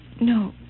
No